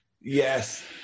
Yes